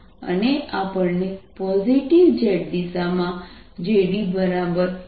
અને આપણને positive z દિશામાં JD 12πqv2t3z મળશે